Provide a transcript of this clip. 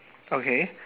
okay